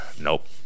Nope